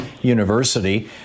University